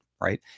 Right